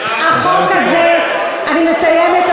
אני מסיימת,